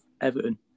Everton